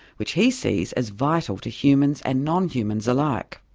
which he sees as vital to humans and non-humans alike.